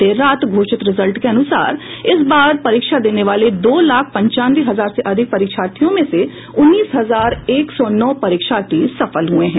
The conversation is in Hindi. देर रात घोषित रिजल्ट के अनुसार इस बार परीक्षा देने वाले दो लाख पंचानवे हजार से अधिक परीक्षार्थियों में से उन्नीस हजार एक सौ नौ परीक्षार्थी सफल हुये हैं